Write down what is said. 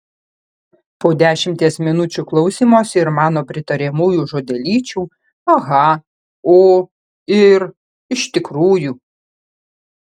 po dešimties minučių klausymosi ir mano pritariamųjų žodelyčių aha o ir iš tikrųjų